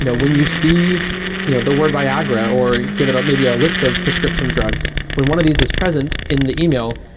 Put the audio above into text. you know when you see you know the word viagra or give it maybe a list of prescription drugs, when one of these is present in the email,